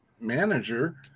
manager